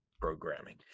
programming